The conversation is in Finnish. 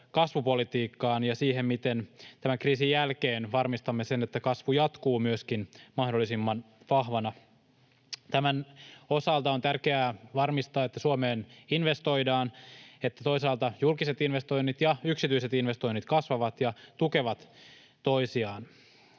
kasvupolitiikkaan ja siihen, miten tämän kriisin jälkeen varmistamme, että kasvu myöskin jatkuu mahdollisimman vahvana. Tämän osalta on tärkeää varmistaa, että Suomeen investoidaan — että toisaalta julkiset investoinnit ja yksityiset investoinnit kasvavat ja tukevat toisiaan.